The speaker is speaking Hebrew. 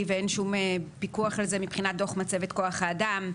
ואין שום פיקוח על זה מבחינת דוח מצבת כוח האדם.